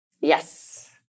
Yes